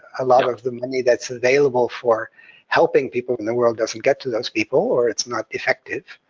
a lot of the money that's available for helping people in the world doesn't get to those people, or it's not effective,